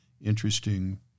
interesting